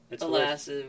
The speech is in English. alas